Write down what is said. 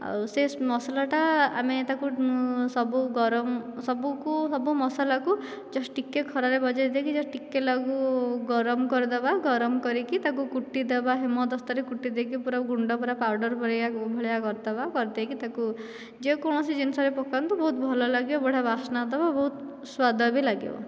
ଆଉ ସେ ମସଲାଟା ଆମେ ତାକୁ ସବୁ ଗରମ ସବୁକୁ ସବୁ ମସାଲାକୁ ଜଷ୍ଟ ଟିକେ ଖରାରେ ବଜାଇ ଦେଇକି ଟିକେ ତାକୁ ଗରମ କରିଦେବା ଗରମ କରିକି ତାକୁ କୁଟୀ ଦେବା ହେମଦସ୍ତାରେ କୁଟି ଦେଇକି ପୂରା ଗୁଣ୍ଡ ପୂରା ପାଉଡ଼ର ଭଳିଆ କରିଦେବା କରିଦେଇକି ତାକୁ ଯେକୌଣସି ଜିନିଷରେ ପକାନ୍ତୁ ବହୁତ ଭଲ ଲାଗିବ ବଢ଼ିଆ ବାସ୍ନା ତ ହେବ ବହୁତ ସ୍ୱାଦ ବି ଲାଗିବ